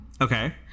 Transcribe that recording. Okay